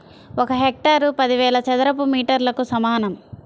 ఒక హెక్టారు పదివేల చదరపు మీటర్లకు సమానం